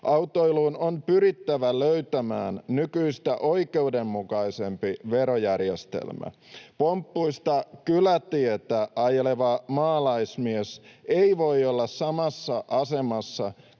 Autoiluun on pyrittävä löytämään nykyistä oikeudenmukaisempi verojärjestelmä. Pomppuista kylätietä ajeleva maalaismies ei voi olla samassa asemassa